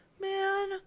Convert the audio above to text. man